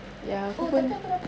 ya tu pun